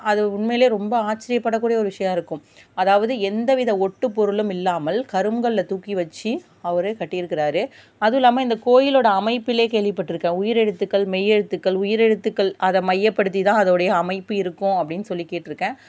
அது உண்மையிலையே ரொம்ப ஆச்சிரியப்படக்கூடிய ஒரு விஷயம் இருக்கும் அதாவது எந்த வித ஒட்டுப்பொளும் இல்லாமல் கருங்கல்லை தூக்கி வச்சு அவரே கட்டிருக்குறார் அதுவும் இல்லாம இந்த கோயிலோட அமைப்பிலே கேள்விப்பட் இருக்கேன் உயிரெழுத்துகள் மெய்யெழுத்துக்கள் உயிரெழுத்துக்கள் அதை மையப்படுத்தி தான் அதோடைய அமைப்பு இருக்கும் அப்படின்னு சொல்லிக் கேட் இருக்கேன்